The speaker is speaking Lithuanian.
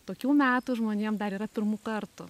tokių metų žmonėm dar yra pirmų kartų